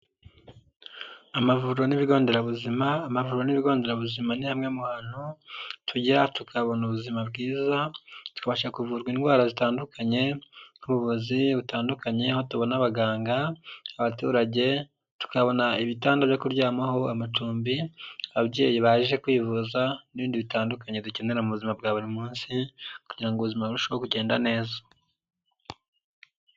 Amavuriro n'ibigo nderabuzima, amavuriro n'ibigo nderabuzima ni hamwe mu hantu tujya tukabona ubuzima bwiza, tubasha kuvurwa indwara zitandukanye, nk'ubuvuzi butandukanye, Aho tubona abaganga, abaturage, tukabona ibitanda byo kuryamaho, amacumbi, ababyeyi baje kwivuza, n'ibindi bitandukanye dukenera mu buzima bwa buri munsi, kugira ngo ubuzima burusheho kugenda neza.